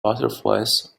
butterflies